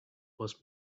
was